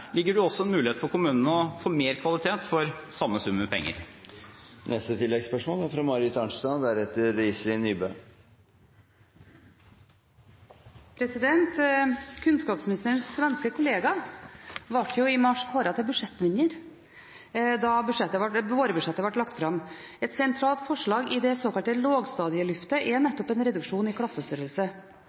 ligger det også en mulighet for kommunene til å få mer kvalitet for samme sum med penger. Marit Arnstad – til oppfølgingsspørsmål. Kunnskapsministerens svenske kollega ble i mars kåret til budsjettvinner da vårbudsjettet ble lagt fram. Et sentralt forslag i det såkalte Lågstadielyftet er nettopp en reduksjon i